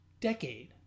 decade